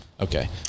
Okay